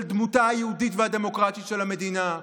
של דמותה היהודית והדמוקרטית של המדינה,